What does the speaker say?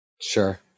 Sure